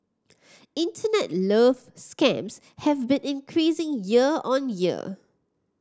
internet love scams have been increasing year on year